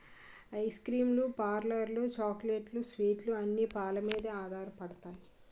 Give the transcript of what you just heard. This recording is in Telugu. ఐస్ క్రీమ్ లు పార్లర్లు చాక్లెట్లు స్వీట్లు అన్ని పాలమీదే ఆధారపడతాయి